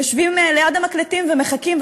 יושבים ליד המקלטים ומחכים,